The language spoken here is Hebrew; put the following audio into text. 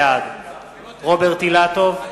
בעד רוברט אילטוב,